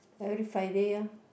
every Friday ah